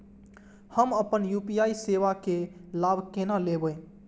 हम अपन यू.पी.आई सेवा के लाभ केना लैब?